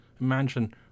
Imagine